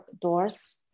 doors